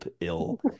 ill